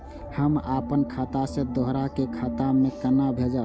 हम आपन खाता से दोहरा के खाता में केना भेजब?